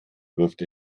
wirft